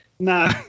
No